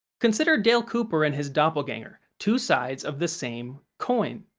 consider dale cooper and his doppelganger, two sides of the same coin.